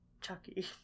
Chucky